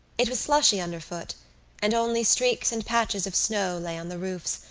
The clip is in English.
it was slushy underfoot and only streaks and patches of snow lay on the roofs,